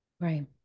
Right